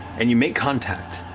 and you make contact,